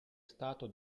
stato